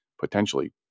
potentially